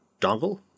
dongle